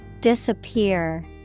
Disappear